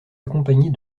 accompagnées